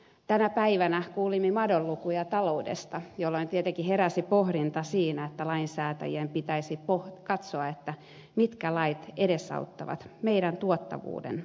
tänä päivänä kuulimme madonlukuja taloudesta jolloin tietenkin heräsi pohdinta siitä että lainsäätäjien pitäisi katsoa mitkä lait edesauttavat meidän tuottavuutemme parantamista